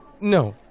no